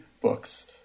books